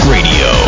Radio